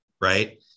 right